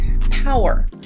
power